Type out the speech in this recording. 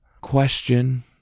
question